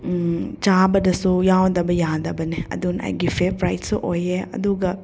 ꯆꯥꯕꯗꯁꯨ ꯌꯥꯎꯗꯕ ꯌꯥꯗꯕꯅꯦ ꯑꯗꯨꯅ ꯑꯩꯒꯤ ꯐꯦꯕꯣꯔꯥꯏꯠꯁꯨ ꯑꯣꯏꯌꯦ ꯑꯗꯨꯒ